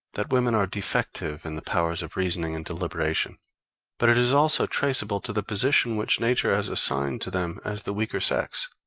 that women are defective in the powers of reasoning and deliberation but it is also traceable to the position which nature has assigned to them as the weaker sex.